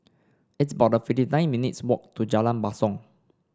it's about fifty nine minutes' walk to Jalan Basong